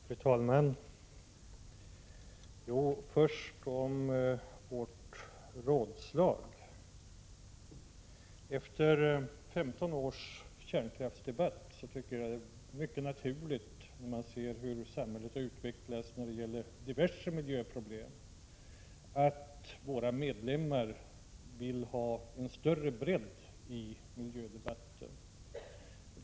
Fru talman! Först till frågan om rådslag. Efter 15 års kärnkraftsdebatt är det mycket naturligt, med tanke på hur samhället har utvecklats med diverse miljöproblem, att våra medlemmar vill ha en större bredd i miljödebatten.